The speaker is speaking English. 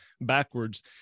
backwards